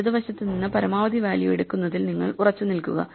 ഇടത് വശത്ത് നിന്ന് പരമാവധി വാല്യൂ എടുക്കുന്നതിൽ നിങ്ങൾ ഉറച്ചുനിൽക്കുക